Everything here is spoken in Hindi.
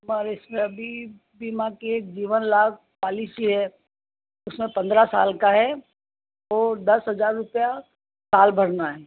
हमारे सभी बीमा के जीवन लाभ पलिसी है उसमें पंद्रह साल का है और दस हज़ार रुपया साल भरना है